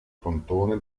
frontone